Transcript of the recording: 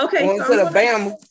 Okay